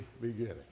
beginning